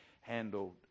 handled